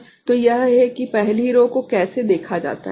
तो यह है कि पहली रो को कैसे देखा जाता है